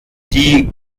die